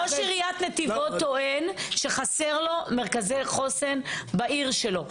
ראש עיריית נתיבות טוען שחסר לו מרכזי חוסן בעיר שלו.